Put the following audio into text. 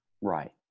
Right